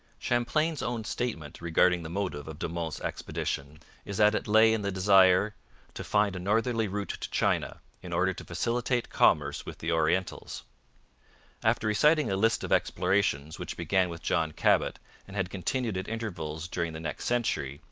champlain's own statement regarding the motive of de monts' expedition is that it lay in the desire to find a northerly route to china, in order to facilitate commerce with the orientals after reciting a list of explorations which began with john cabot and had continued at intervals during the next century,